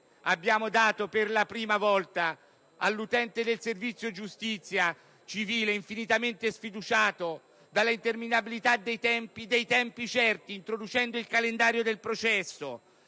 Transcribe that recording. Abbiamo dato per la prima volta tempi certi all'utente del servizio giustizia civile, infinitamente sfiduciato dall'interminabile lunghezza dei tempi, introducendo il calendario del processo.